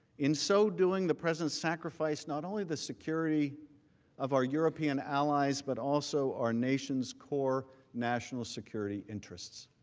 in so doing, the president sacrificed not only the security of our european allies but also our nations core national security interests.